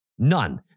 None